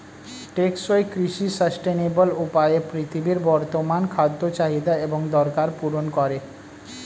টেকসই কৃষি সাস্টেইনেবল উপায়ে পৃথিবীর বর্তমান খাদ্য চাহিদা এবং দরকার পূরণ করে